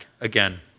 again